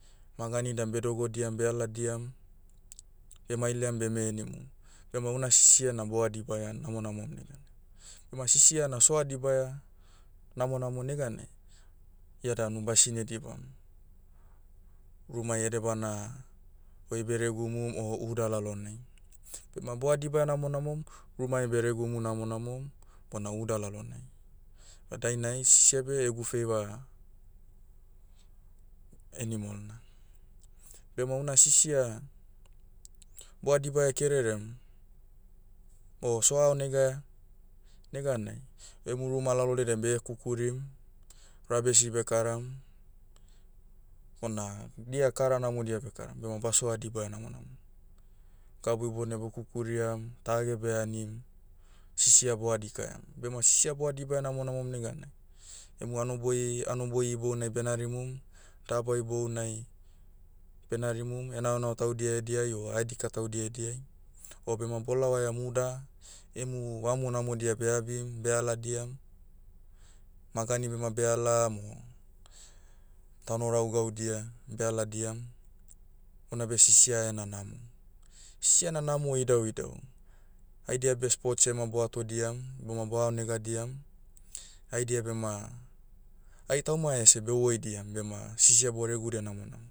Magani dan bedogodiam bealadiam, bemailiam beme henimum, bema una sisia na boha dibaia namonamom neganai. Bema sisia na soha dibaia, namonamo neganai, ia danu basine dibam, rumai edebana, oi beregumum o uda lalonai. Bema boha dibaia namonamom, rumai beregumu namonamom, bona uda lalonai. Na dainai, sisia beh egu feiva, animal na. Bema una sisia, boha dibaia kererem, o soha aonegaia, neganai, emu ruma lalodiai dan behekukurim, rabesi bekaram, bona dia kara namodia bekaram bema basioa dibaia namonamom. Gabu ibounai bekukuriam, tage beanim, sisia boha dikaiam. Bema sisia boha dibaia namonamom neganai, emu hanoboi- hanoboi ibounai benarimum, daba ibounai, benarimum henaonao taudia ediai o ahedika taudia ediai. O bema bolaohaiam uda, emu vamu namodia beabim, bealadiam. Magani bema bealam o, tano rau gaudia bealadiam, houna beh sisia ena namo. Sisia na namo idauidau. Haidia beh sports ia ma boatodiam, boma boaonegadiam, haidia bema, ai tauma ese behoidiam bema, sisia boregudia namonamom.